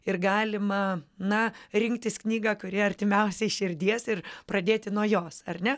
ir galima na rinktis knygą kuri artimiausiai širdies ir pradėti nuo jos ar ne